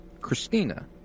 Christina